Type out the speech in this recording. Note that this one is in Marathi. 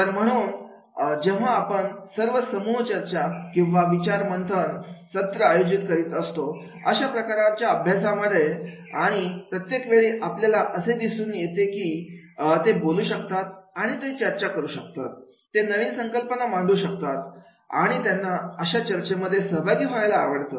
तर म्हणून जेव्हा आपण हे समूह चर्चासत्र किंवा विचार मंथन सत्र आयोजित करीत असतो अशा प्रकारच्या अभ्यासामध्ये आणि प्रत्येक वेळी आपल्याला असे दिसून येते की ते बोलू शकतात आणि चर्चा करू शकत आणि ते नवीन संकल्पना मांडू शकतात आणि त्यांना अशा चर्चेमध्ये सहभागी व्हायला आवडतं